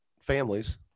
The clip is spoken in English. families